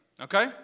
Okay